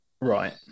Right